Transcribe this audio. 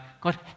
God